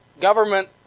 government